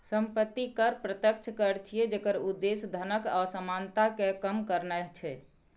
संपत्ति कर प्रत्यक्ष कर छियै, जेकर उद्देश्य धनक असमानता कें कम करनाय छै